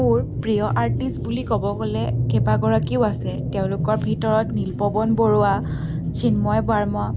মোৰ প্ৰিয় আৰ্টিষ্ট বুলি ক'ব গ'লে কেইবাগৰাকীও আছে তেওঁলোকৰ ভিতৰত নীলপৱন বৰুৱা চিন্ময় বাৰ্মা